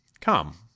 Come